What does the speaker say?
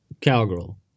cowgirl